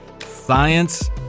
Science